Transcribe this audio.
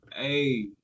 hey